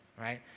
right